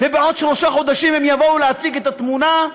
ובעוד שלושה חודשים הם יבואו להציג את התמונה,